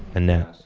annette.